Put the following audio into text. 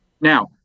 Now